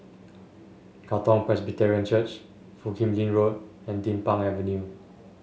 Katong Presbyterian Church Foo Kim Lin Road and Din Pang Avenue